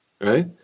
right